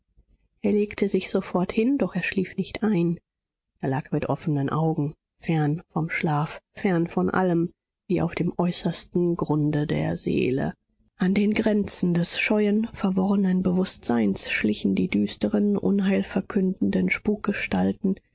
er legte sich sofort hin doch er schlief nicht ein er lag mit offenen augen fern vom schlaf fern von allem wie auf dem äußersten grunde der seele an den grenzen des scheuen verworrenen bewußtseins schlichen die düsteren unheilverkündenden